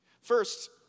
First